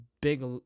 big